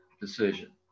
decision